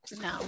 No